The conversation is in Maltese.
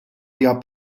hija